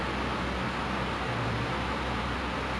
she gonna get like ten handbags from like